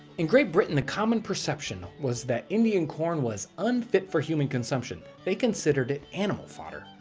in great britain, the common perception was that indian corn was unfit for human consumption. they considered it animal fodder.